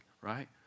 right